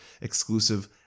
exclusive